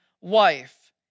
wife